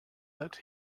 that